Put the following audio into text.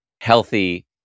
healthy